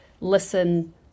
listen